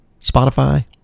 Spotify